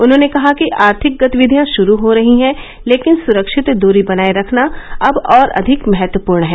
उन्होंने कहा कि आर्थिक गतिविधियां शुरू हो रही हैं लेकिन सुरक्षित दूरी बनाए रखना अब अधिक महत्वपूर्ण है